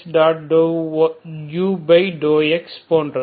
∂u∂x போன்றது